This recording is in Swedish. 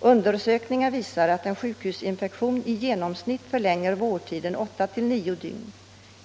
Undersökningar visar att en sjukhusinfektion i genomsnitt förlänger vårdtiden med 8 å 9 dygn.